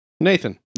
Nathan